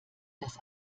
das